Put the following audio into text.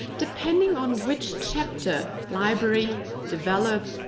depending on which chapter, library, develop,